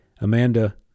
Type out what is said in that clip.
Amanda